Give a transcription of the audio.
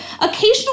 Occasionally